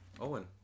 Owen